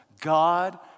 God